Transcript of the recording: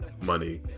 money